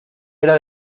era